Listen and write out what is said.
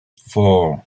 four